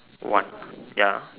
one ya